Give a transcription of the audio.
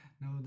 no